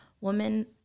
woman